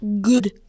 good